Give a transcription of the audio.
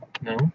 No